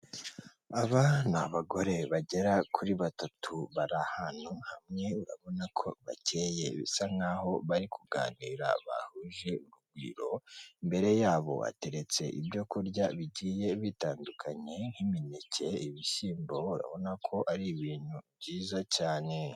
Aba ni abagore bagera kuri batatu bari ahantu hamwe, urabona ko bacyeye bisa nkaho bari kuganira bahuje urugwiro, imbere yabo hateretse ibyo kurya bigiye bitandukanye nk'imineke, ibishyimbo, urabona ko ari ibintu byiza cyane.